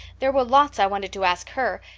there were lots i wanted to ask her,